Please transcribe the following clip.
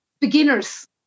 beginners